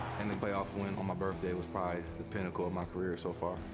and the playoff win on my birthday was, probably, the pinnacle of my career so far.